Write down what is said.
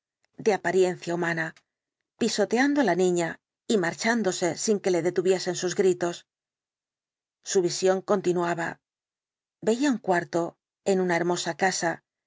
de apariencia humana pisoteando á la niña y marchándose sin que le detuviesen sus gritos su visión continuaba veía un cuarto en una hermosa casa